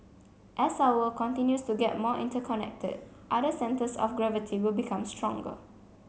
as our continues to get more interconnected other centres of gravity will become stronger